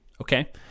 Okay